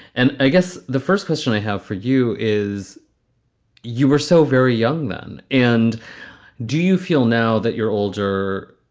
and i guess the first question i have for you is you were so very young then. and do you feel now that you're older,